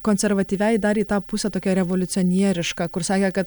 konservatyviai dar į tą pusę tokia revoliucionieriška kur sakė kad